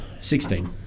Sixteen